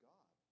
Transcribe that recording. God